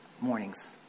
mornings